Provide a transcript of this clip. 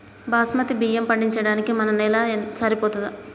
బాస్మతి బియ్యం పండించడానికి మన నేల సరిపోతదా?